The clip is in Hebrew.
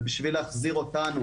ובשביל להחזיר אותנו,